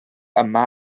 yma